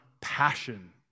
passion